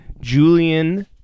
julian